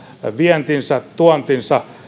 vientinsä tuontinsa